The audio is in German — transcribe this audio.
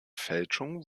fälschung